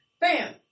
bam